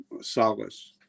solace